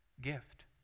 gift